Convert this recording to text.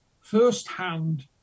first-hand